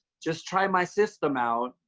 just try my system out.